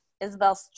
Isabel